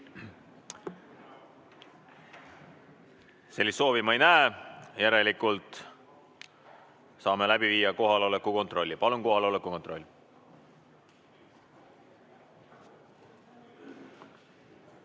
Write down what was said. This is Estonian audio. Sellist soovi ma ei näe, järelikult saame läbi viia kohaloleku kontrolli. Palun kohaloleku kontroll!